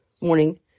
morning